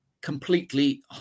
completely